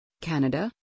Canada